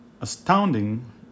astounding